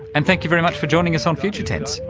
and thank you very much for joining us on future tense.